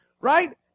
right